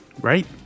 Right